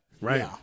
Right